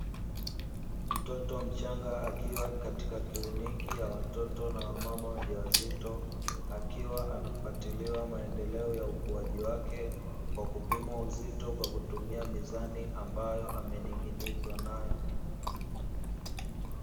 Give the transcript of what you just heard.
Mtoto mchanga akiwa katika kliniki ya watoto na wamama wajawazito, akiwa anafuatiliwa maendeleo ya ukuaji wake, kwa kupima uzito kwa kutumia mizani ambayo amening'inizwa nayo.